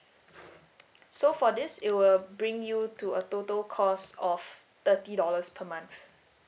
so for this it will bring you to a total cost of thirty dollars per month